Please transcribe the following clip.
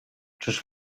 czyż